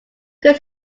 could